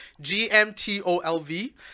G-M-T-O-L-V